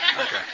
Okay